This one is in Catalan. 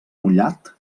mullat